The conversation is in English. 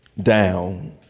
down